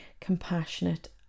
compassionate